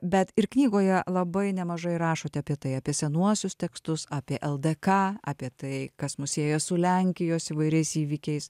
bet ir knygoje labai nemažai rašote apie tai apie senuosius tekstus apie el d ka apie tai kas mus sieja su lenkijos įvairiais įvykiais